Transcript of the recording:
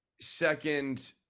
second